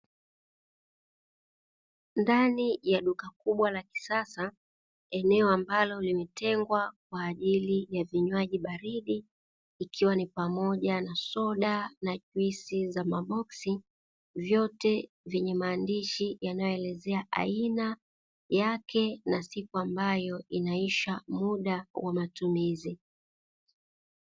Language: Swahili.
Ndani ya duka kubwa la kisasa eneo ambalo limetengwa kwa ajili ya vinywaji baridi ikiwa ni pamoja na soda na juisi za maboksi, vyote vyenye maandishi yanayoelezea aina yake na siku ambayo inaisha muda wa matumizi.